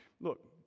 look